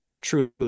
truly